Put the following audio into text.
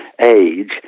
age